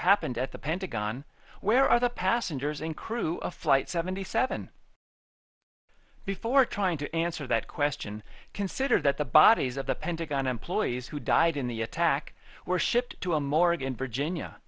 happened at the pentagon where are the passengers and crew of flight seventy seven before trying to answer that question consider that the bodies of the pentagon employees who died in the attack were shipped to a morgue and virginia